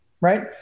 right